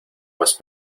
más